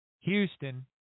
Houston